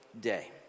day